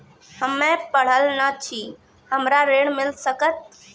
हम्मे पढ़ल न छी हमरा ऋण मिल सकत?